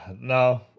no